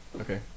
Okay